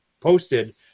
posted